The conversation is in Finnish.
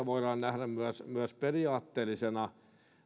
voidaan nähdä myös myös periaatteellisena